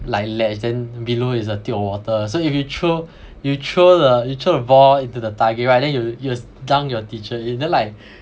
like latch then below is a tube of water so if you throw you throw the you throw the ball into the target right then you will you will dunk your teacher you know like